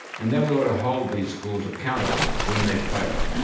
and then we ought to hold these schools accountable when they fail.